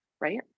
right